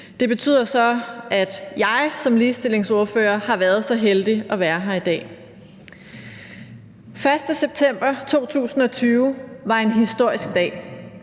Det betyder så, at jeg som ligestillingsordfører har er så heldig at være her i dag. Den 1. september 2020 var en historisk dag,